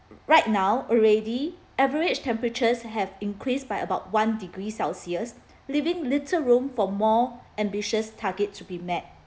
right now already average temperatures have increased by about one degree celsius leaving little room for more ambitious target to be met